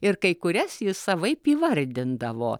ir kai kurias ji savaip įvardindavo